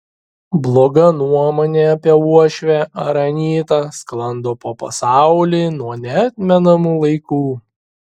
bloga nuomonė apie uošvę ar anytą sklando po pasaulį nuo neatmenamų laikų